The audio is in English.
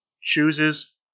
chooses